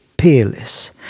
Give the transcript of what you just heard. Peerless